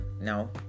No